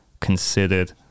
considered